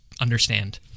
understand